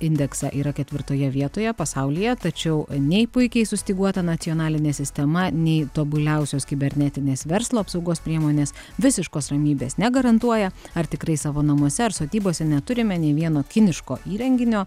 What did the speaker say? indeksą yra ketvirtoje vietoje pasaulyje tačiau nei puikiai sustyguota nacionalinė sistema nei tobuliausios kibernetinės verslo apsaugos priemonės visiškos ramybės negarantuoja ar tikrai savo namuose ar sodybose neturime nė vieno kiniško įrenginio